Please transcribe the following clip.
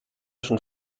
schon